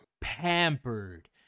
pampered